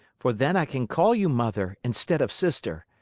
for then i can call you mother instead of sister.